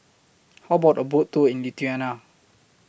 How about A Boat Tour in Lithuania